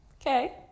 Okay